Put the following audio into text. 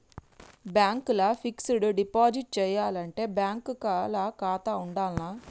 Bank ల fixed deposit చేయాలంటే bank ల ఖాతా ఉండాల్నా?